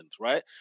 right